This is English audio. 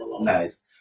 nice